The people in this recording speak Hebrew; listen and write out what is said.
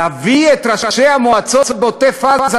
להביא את ראשי המועצות בעוטף-עזה,